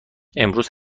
امروز